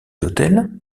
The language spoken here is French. hôtels